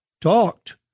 talked